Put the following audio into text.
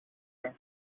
sir